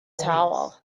tower